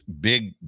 Big